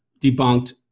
debunked